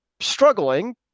struggling